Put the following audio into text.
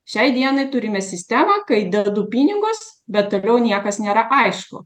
šiai dienai turime sistemą kai dedu pinigus bet toliau niekas nėra aišku